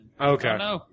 Okay